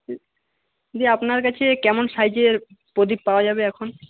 দিদি আপনার কাছে কেমন সাইজের প্রদীপ পাওয়া যাবে এখন